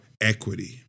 equity